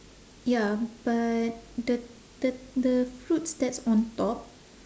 ya but the the the fruits that's on top